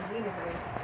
universe